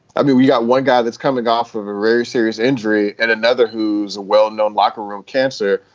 i mean, we got one guy that's coming off of a very serious injury and another who's a well-known locker room cancer,